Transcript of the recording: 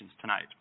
tonight